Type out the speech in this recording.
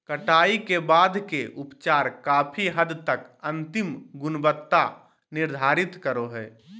कटाई के बाद के उपचार काफी हद तक अंतिम गुणवत्ता निर्धारित करो हइ